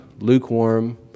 lukewarm